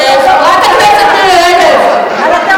ברוכה